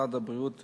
ומשרד הבריאות